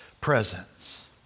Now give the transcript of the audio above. presence